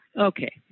Okay